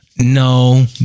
No